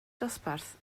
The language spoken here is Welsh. dosbarth